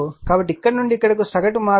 కాబట్టి ఇక్కడ నుండి ఇక్కడకు సగటు మార్గం 0